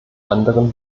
anderen